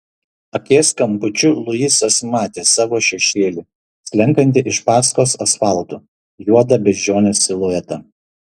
akies kampučiu luisas matė savo šešėlį slenkantį iš paskos asfaltu juodą beždžionės siluetą